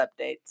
updates